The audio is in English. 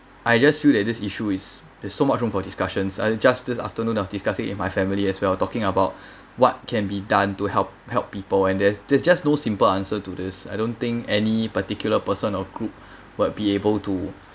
I just feel that this issue is there's so much room for discussions I just this afternoon I've discussing in my family as we're talking about what can be done to help help people and there's there's just no simple answer to this I don't think any particular person or group would be able to